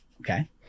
okay